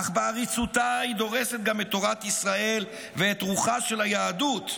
אך בעריצותה היא דורסת גם את תורת ישראל ואת רוחה של היהדות.